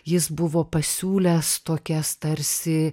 jis buvo pasiūlęs tokias tarsi